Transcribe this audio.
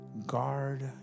guard